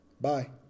bye